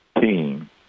team